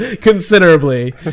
considerably